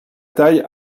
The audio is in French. taille